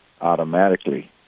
automatically